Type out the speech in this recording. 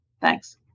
Thanks